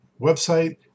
website